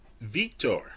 Victor